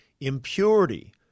impurity